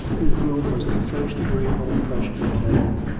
his room was the first agreeable impression of the day.